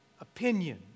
opinion